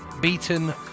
beaten